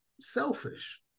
selfish